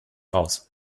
raus